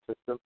system